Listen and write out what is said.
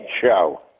show